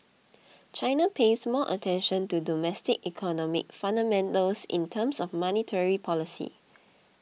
China pays more attention to domestic economic fundamentals in terms of monetary policy